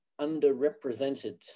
underrepresented